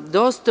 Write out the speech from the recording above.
dosta.